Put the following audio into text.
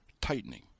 tightening